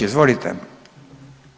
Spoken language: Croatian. Izvolite.